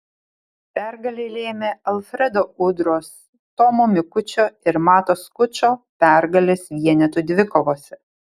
pergalę lėmė alfredo udros tomo mikučio ir mato skučo pergalės vienetų dvikovose